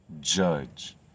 Judge